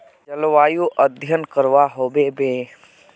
जलवायु अध्यन करवा होबे बे?